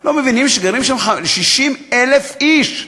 לא מבינים שגרים שם 60,000 איש,